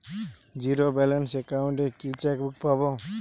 Zero balance account এ কি chequebook পাব?